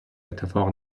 اتفاق